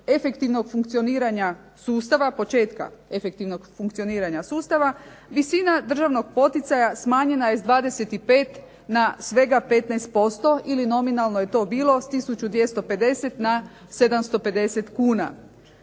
efektivnog funkcioniranja sustava, početka efektivnog funkcioniranja sustava, visina državnog poticaja smanjena je s 25 na svega 15% ili nominalno je to bilo s 1250 na 750 kuna.